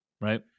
right